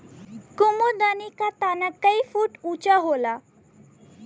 कुमुदनी क तना कई फुट ऊँचा होला